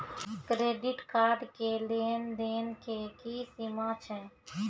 Credit card के लेन देन के की सीमा छै?